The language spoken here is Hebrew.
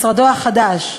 משרדו החדש.